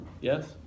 Yes